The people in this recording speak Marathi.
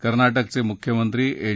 कर्नाटकचे मुख्यमंत्री एच